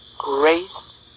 graced